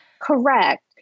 Correct